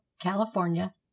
california